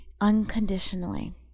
unconditionally